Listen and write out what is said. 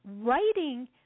writing